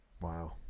wow